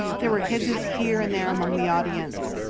there were hisses here and there among the audience.